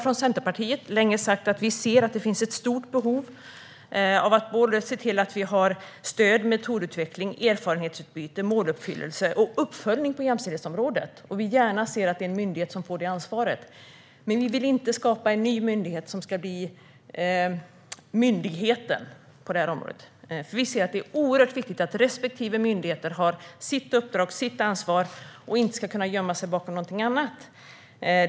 Från Centerpartiet har vi länge sagt att vi ser att det finns ett stort behov av att se till att det finns stöd till metodutveckling, erfarenhetsutbyte, måluppfyllelse och uppföljning på jämställdhetsområdet. Vi vill gärna se att en myndighet får det ansvaret, men vi vill inte skapa en ny myndighet som ska bli den ledande myndigheten på det området. Det är oerhört viktigt att respektive myndighet har sitt uppdrag och sitt ansvar så att man inte ska kunna gömma sig bakom någonting annat.